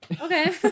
Okay